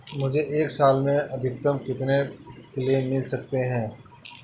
मुझे एक साल में अधिकतम कितने क्लेम मिल सकते हैं?